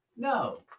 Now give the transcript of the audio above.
no